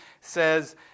says